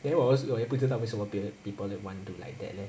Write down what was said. then 我 als~ 我也不知道为什么别人 people that want to like that lor